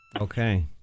Okay